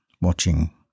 ...watching